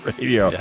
Radio